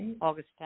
August